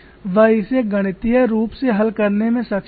वह इसे गणितीय रूप से हल करने में सक्षम था